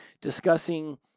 discussing